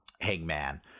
Hangman